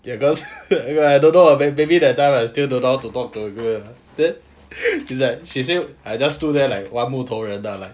ya because I don't know lah maybe that time I still don't know how to talk to a girl then is like she said I stood there like one 木头人 lah like